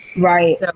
Right